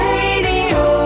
Radio